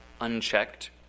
unchecked